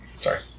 Sorry